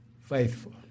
faithful